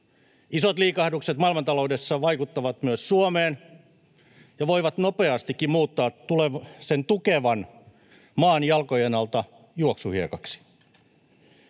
Isot liikahdukset maailmantaloudessa vaikuttavat myös Suomeen ja voivat nopeastikin muuttaa tukevan maan jalkojen alta juoksuhiekaksi.